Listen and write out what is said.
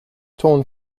torn